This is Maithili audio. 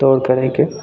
दौड़ करैके